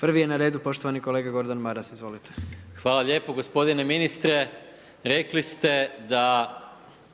Prvi je na redu poštovani kolega Gordan Maras, izvolite. **Maras, Gordan (SDP)** Hvala lijepo gospodine ministre. Rekli ste da